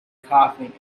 coughing